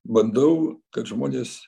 bandau kad žmonės